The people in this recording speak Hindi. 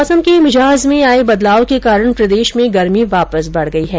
मौसम के मिजाज में आये बदलाव के कारण प्रदेश में गर्मी वापस बढ गई है